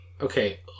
Okay